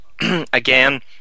again